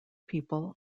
people